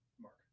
Mark